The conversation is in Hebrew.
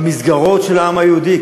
במסגרות של העם היהודי,